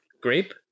Grape